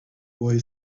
boy